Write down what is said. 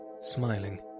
smiling